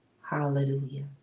Hallelujah